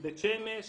מבית שמש